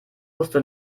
wusste